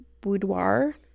boudoir